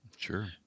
sure